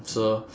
so